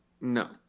No